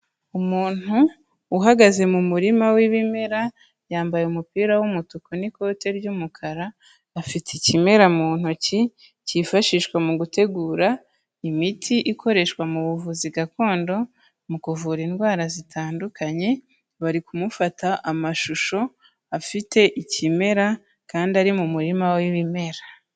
Umuntu uhagaze mu murima w'ibimera, yambaye umupira w'umutuku n'ikote ry'umukara, afite ikimera mu ntoki cyifashishwa mu gutegura imiti ikoreshwa mu buvuzi gakondo mu kuvura indwara zitandukanye, bari kumufata amashusho afite ikimera, kandi ari mu murima w'ibimera.